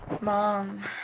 Mom